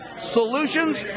Solutions